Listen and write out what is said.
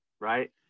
right